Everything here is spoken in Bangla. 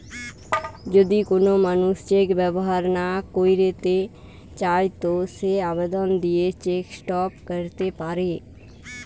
যদি কোন মানুষ চেক ব্যবহার না কইরতে চায় তো সে আবেদন দিয়ে চেক স্টপ ক্যরতে পারে